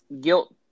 guilt